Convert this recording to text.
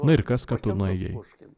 na ir kas kad tu nuėjai